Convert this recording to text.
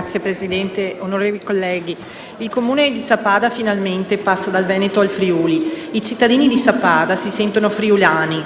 Signor Presidente, onorevoli colleghi, il Comune di Sappada finalmente passa dal Veneto al Friuli-Venezia Giulia. I cittadini di Sappada si sentono friulani,